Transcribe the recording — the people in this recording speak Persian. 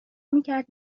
میکرد